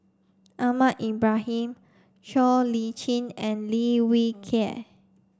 Ahmad Ibrahim Siow Lee Chin and Lim Wee Kiak